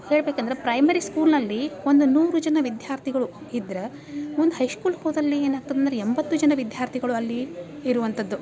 ಹೇಳ್ಬೇಕಂದ್ರೆ ಪ್ರೈಮರಿ ಸ್ಕೂಲ್ನಲ್ಲಿ ಒಂದು ನೂರು ಜನ ವಿದ್ಯಾರ್ಥಿಗಳು ಇದ್ರೆ ಮುಂದೆ ಹೈಶ್ಕೂಲ್ ಹೋದಲ್ಲಿ ಏನಾಗ್ತದೆ ಅಂದ್ರೆ ಎಂಬತ್ತು ಜನ ವಿದ್ಯಾರ್ಥಿಗಳು ಅಲ್ಲಿ ಇರುವಂಥದ್ದು